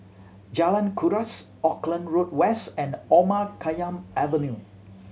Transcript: Jalan Kuras Auckland Road West and Omar Khayyam Avenue